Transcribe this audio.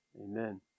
Amen